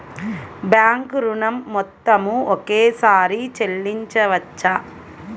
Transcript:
Bank ఋణం మొత్తము ఒకేసారి చెల్లించవచ్చా?